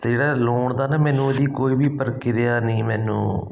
ਅਤੇ ਜਿਹੜਾ ਲੋਨ ਦਾ ਨਾ ਮੈਨੂੰ ਇਹਦੀ ਕੋਈ ਵੀ ਪਰੀਕਿਰਿਆ ਨਹੀਂ ਮੈਨੂੰ